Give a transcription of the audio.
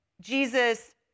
Jesus